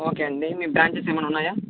okay అండి మీ branches ఏమన్న ఉన్నాయా